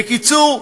בקיצור,